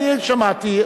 אני שמעתי,